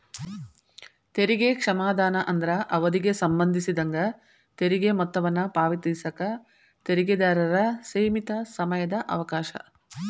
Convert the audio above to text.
ತೆರಿಗೆ ಕ್ಷಮಾದಾನ ಅಂದ್ರ ಅವಧಿಗೆ ಸಂಬಂಧಿಸಿದಂಗ ತೆರಿಗೆ ಮೊತ್ತವನ್ನ ಪಾವತಿಸಕ ತೆರಿಗೆದಾರರ ಸೇಮಿತ ಸಮಯದ ಅವಕಾಶ